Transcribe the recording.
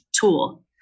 tool